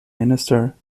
minister